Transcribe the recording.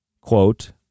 quote